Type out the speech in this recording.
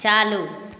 चालू